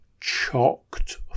chocked